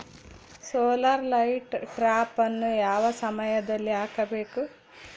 Solar light ಟ್ರಾಪನ್ನು ಯಾವ ಸಮಯದಲ್ಲಿ ಹಾಕಬೇಕು?